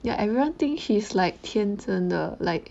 ya everyone think she's like 天真的 like